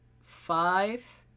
five